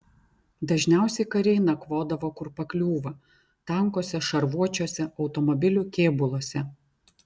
dažniausiai kariai nakvodavo kur pakliūva tankuose šarvuočiuose automobilių kėbuluose